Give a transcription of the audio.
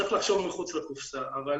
צריך לחשוב מחוץ לקופסה, אבל